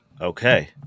Okay